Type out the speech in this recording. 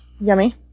Yummy